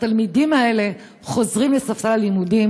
שהתלמידים האלה חוזרים לספסל הלימודים